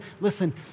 listen